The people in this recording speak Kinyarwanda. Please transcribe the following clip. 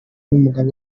n’umugabo